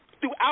throughout